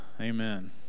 Amen